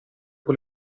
con